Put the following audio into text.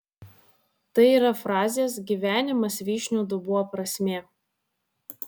tai yra frazės gyvenimas vyšnių dubuo prasmė